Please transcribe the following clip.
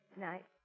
night